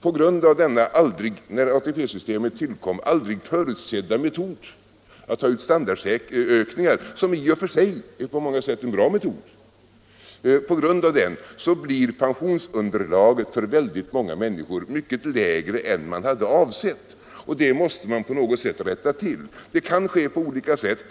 På grund av denna när ATP-systemet tillkom icke förutsedda metod att ta ut standardökningar — i och för sig på många sätt en bra metod —- blir pensionsunderlaget för väldigt många människor mycket lägre än man hade avsett. Det måste man på något sätt komma till rätta med. Det kan ske på olika sätt.